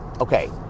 Okay